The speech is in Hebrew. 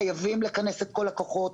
חייבים לכנס את כל הכוחות,